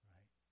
Right